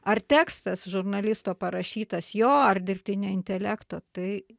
ar tekstas žurnalisto parašytas jo ar dirbtinio intelekto tai